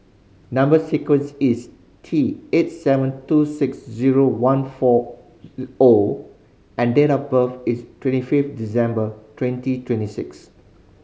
number sequence is T eight seven two six zero one four O and date of birth is twenty fifth December twenty twenty six